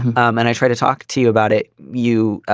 and i try to talk to you about it. you.